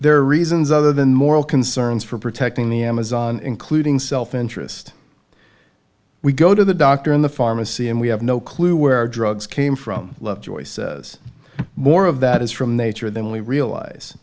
their reasons other than moral concerns for protecting the amazon including self interest we go to the doctor in the pharmacy and we have no clue where our drugs came from lovejoy says more of that is from nature than we realize